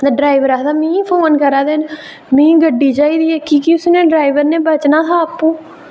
ते ड्राईवर आखदा कि मिगी फोन करा दे न की मिगी गड्डी चाहिदी ऐ की के ड्राईवर नै बचना हा आपूं